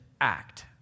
act